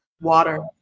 Water